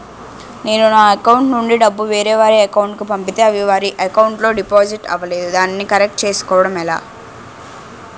నేను నా అకౌంట్ నుండి డబ్బు వేరే వారి అకౌంట్ కు పంపితే అవి వారి అకౌంట్ లొ డిపాజిట్ అవలేదు దానిని కరెక్ట్ చేసుకోవడం ఎలా?